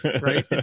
Right